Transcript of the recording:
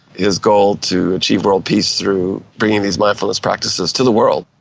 his goal to achieve world peace through bringing these mindfulness practices to the world.